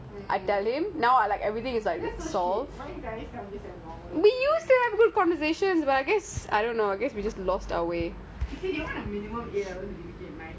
we used to have good conversations but I guess I don't know